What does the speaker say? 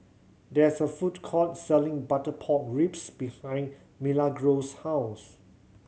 there's a food court selling butter pork ribs behind Milagros' house